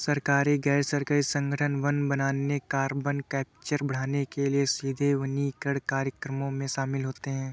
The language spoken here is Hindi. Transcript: सरकारी, गैर सरकारी संगठन वन बनाने, कार्बन कैप्चर बढ़ाने के लिए सीधे वनीकरण कार्यक्रमों में शामिल होते हैं